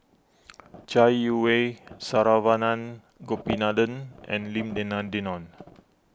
Chai Yee Wei Saravanan Gopinathan and Lim Denan Denon